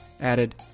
added